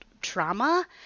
trauma